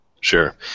Sure